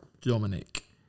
Dominic